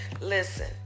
Listen